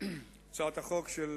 הצעת החוק של